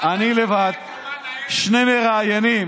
אני לבד, שני מראיינים